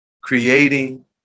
creating